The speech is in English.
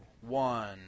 one